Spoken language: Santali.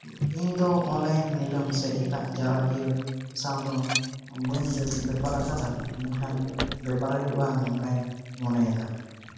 ᱤᱧᱫᱚ ᱚᱱᱞᱟᱭᱤᱱ ᱱᱤᱞᱟᱹᱢ ᱥᱮ ᱮᱴᱟᱜ ᱡᱟᱣᱨᱟ ᱠᱤᱭᱟᱹ ᱥᱟᱶᱫᱚ ᱵᱟᱹᱧ ᱵᱮᱯᱟᱨ ᱟᱠᱟᱫᱟ ᱢᱮᱱᱠᱷᱟᱱ ᱵᱮᱯᱟ ᱦᱩᱭᱩᱜᱼᱟ ᱱᱚᱝᱠᱟᱧ ᱢᱚᱱᱮᱭᱮᱫᱟ